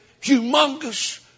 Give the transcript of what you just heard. humongous